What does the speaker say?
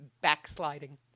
Backsliding